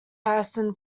harrison